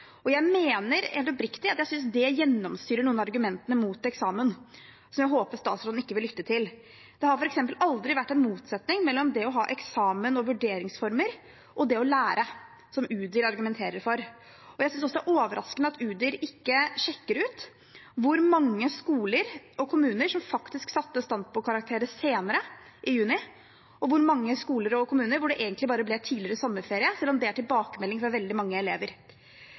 noen av argumentene mot eksamen, som jeg håper statsråden ikke vil lytte til. Det har f.eks. aldri vært en motsetning mellom det å ha eksamen og vurderingsformer og det å lære, som Udir argumenterer for. Jeg synes også det er overraskende at Udir ikke sjekker hvor mange skoler og kommuner som faktisk satte standpunktkarakterer senere i juni, og i hvor mange skoler og kommuner det egentlig bare ble tidligere sommerferie, selv om det er tilbakemeldingen fra veldig mange elever.